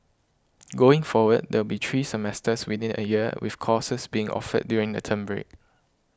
going forward there will be three semesters within a year with courses being offered during the term break